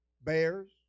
bears